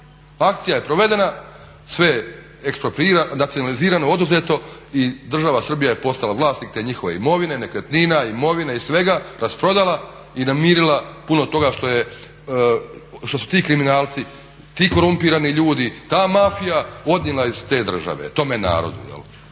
Akcija je provedena, sve je … nacionalizirano, oduzeto i država Srbija je postala vlasnik te njihove imovine, nekretnina, imovine i svega, rasprodala i namirila puno toga što su ti kriminalci, ti korumpirani ljudi, ta mafija odnijela iz te države, tome narodu. Kamo